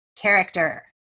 character